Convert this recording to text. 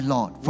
Lord